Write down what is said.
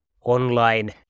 online